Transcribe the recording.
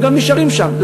הם גם נשארים שם.